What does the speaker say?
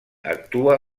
actua